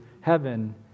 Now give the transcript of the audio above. heaven